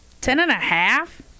Ten-and-a-half